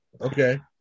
Okay